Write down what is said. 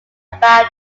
about